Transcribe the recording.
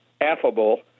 affable